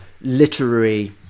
literary